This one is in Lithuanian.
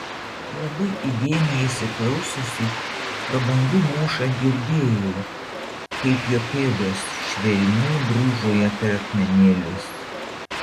labai įdėmiai įsiklausiusi pro bangų mūšą girdėjau kaip jo pėdos švelniai brūžuoja per akmenėlius